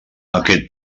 aquest